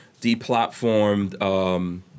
deplatformed